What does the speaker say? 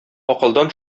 акылдан